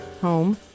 home